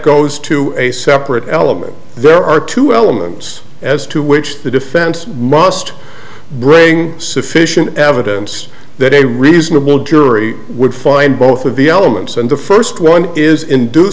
goes to a separate element there are two elements as to which the defense must bring sufficient evidence that a reasonable jury would find both of the elements and the first one is induce